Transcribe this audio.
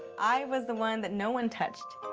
i was the one that no one touched.